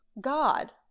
God